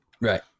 right